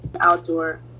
Outdoor